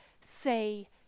say